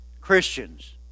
Christians